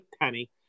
Penny